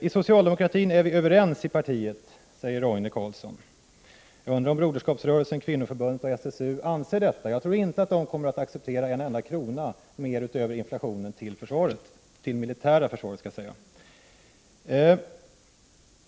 I socialdemokratin är vi överens i partiet, säger Roine Carlsson. Jag undrar om broderskapsrörelsen, kvinnoförbundet och SSU anser detta. Jag tror inte att de kommer att acceptera en krona mer till det militära försvaret.